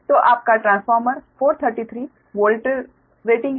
तो आपका transformer 433 volt rating है